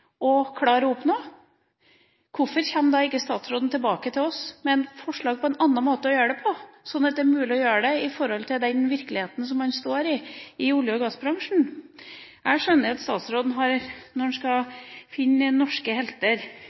klare å oppnå det? Hvorfor kommer ikke da statsråden tilbake til oss med forslag om en annen måte å gjøre det på, sånn at det er mulig å gjøre det i den virkeligheten som han står i i olje- og gassbransjen? Jeg skjønner at statsråden, når han skal finne norske historiske helter,